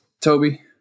Toby